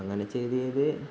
അങ്ങനെ ചെയ്ത് ചെയ്ത്